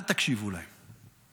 אל תקשיבו להם.